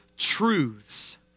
truths